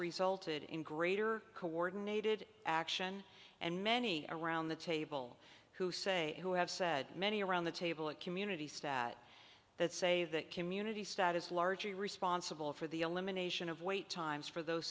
resulted in greater coordinated action and many around the table who say who have said many around the table at community stat that say that community stat is largely responsible for the elimination of wait times for those